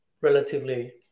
relatively